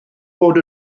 bod